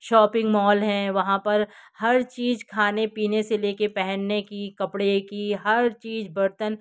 shopping mall हैं वहाँ पर हर चीज़ खाने पीने से ले कर पहनने के कपड़े के हर चीज़ बर्तन